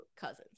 Cousins